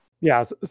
Yes